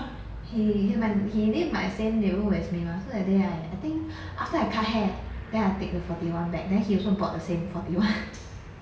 he he lived my same neighbourhood as me mah so that day I I think after I cut hair then I take the forty one back then he also board the same forty one